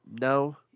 No